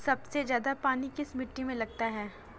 सबसे ज्यादा पानी किस मिट्टी में लगता है?